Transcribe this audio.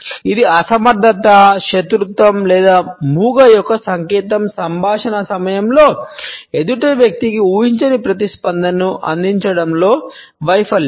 ఇది అసమర్థత శత్రుత్వం లేదా మూగ యొక్క సంకేతం సంభాషణ సమయంలో ఎదుటి వ్యక్తికి ఊహించని ప్రతిస్పందనను అందించడంలో వైఫల్యం